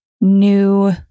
new